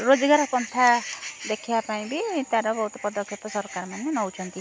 ରୋଜଗାର ପନ୍ଥା ଦେଖାଇବାପାଇଁ ବି ତା'ର ବହୁତ ପଦକ୍ଷେପ ସରକାରମାନେ ନେଉଛନ୍ତି